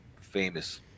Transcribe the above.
famous